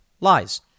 Lies